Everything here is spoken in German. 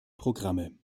programme